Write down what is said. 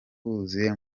huzuye